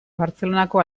bartzelonako